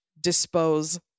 dispose